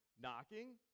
knocking